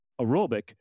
aerobic